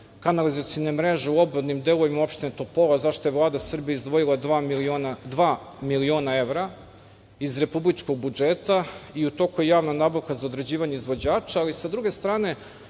kanalaizacione mreže u opštini Topola, zašta je Vlada Srbije izdvojila dva miliona evra, iz republičkog budžeta i u toku je javna nabavka za određivanje izvođača, a sa druge strane,